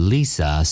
Lisa